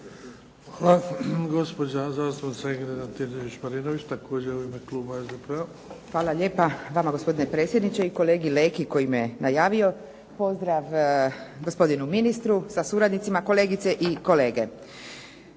Pozdrav gospodinu ministru sa suradnicima, kolegice i kolege.